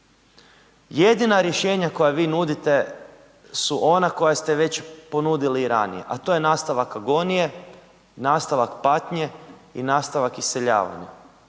Jedina rješenja koja vi nudite su ona koja ste već ponudili i ranije, a to je nastavak agonije, nastavak patnje i nastavak iseljavanja.